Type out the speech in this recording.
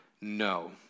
No